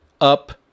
up